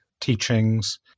teachings